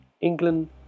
England